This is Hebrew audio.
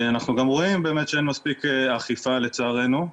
אנחנו גם רואים שאין מספיק אכיפה לצערנו,